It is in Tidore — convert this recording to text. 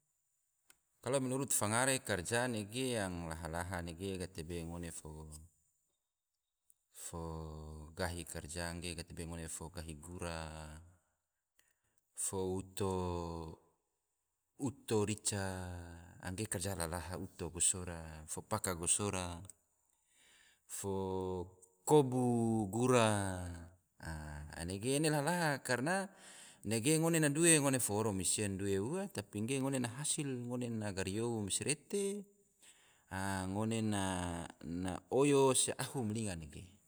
Kalo menurut fangare karja nege yang laha-laha nege, gatebe ngone fo gahi karja ge gatebe ngone fo gahi gura, fo uto rica, angge karja laha-laha, uto gosora, fo paka gosora, fo kobu gura, enege ene laha-laha, karna nege ngone na due, ngone fo oro mansia due ua, tapi nege ngone na hasil, ngone na gariyou masirete, ngone na oyo se ahu malinga nege